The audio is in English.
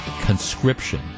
conscription